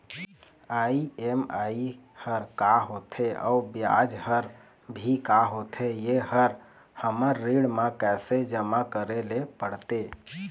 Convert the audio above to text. EMI हर का होथे अऊ ब्याज हर भी का होथे ये हर हमर ऋण मा कैसे जमा करे ले पड़ते?